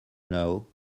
know